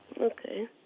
Okay